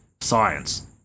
Science